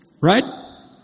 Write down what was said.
Right